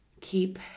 keep